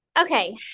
Okay